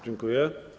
Dziękuję.